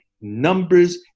numbers